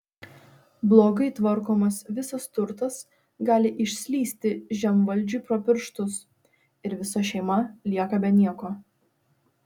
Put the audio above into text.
blogai tvarkomas visas turtas gali išslysti žemvaldžiui pro pirštus ir visa šeima lieka be nieko